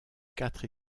quatre